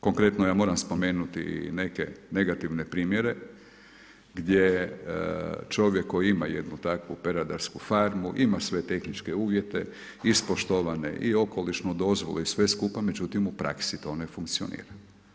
Konkretno ja moram spomenuti i neke negativne primjere gdje čovjek koji ima jednu takvu peradarsku farmu, ima sve tehničke uvjete ispoštovane i okolišnu dozvolu i sve skupa međutim u praksi to ne funkcionira.